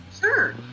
Sure